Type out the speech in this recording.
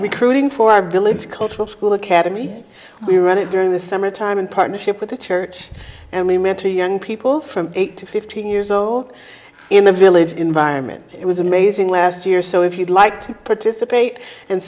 recruiting for our village cultural school academy we run it during the summertime in partnership with the church and we mentor young people from eight to fifteen years old in the village environment it was amazing last year so if you'd like to participate and